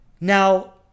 Now